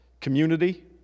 community